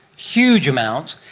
huge amounts.